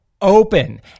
open